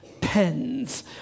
pens